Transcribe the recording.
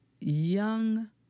young